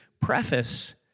preface